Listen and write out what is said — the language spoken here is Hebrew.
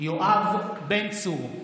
יואב בן צור,